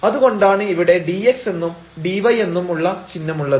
അതുകൊണ്ടാണ് ഇവിടെ dx എന്നും dy എന്നും ഉള്ള ചിഹ്നമുള്ളത്